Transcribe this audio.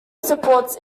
supports